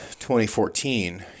2014